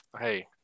Hey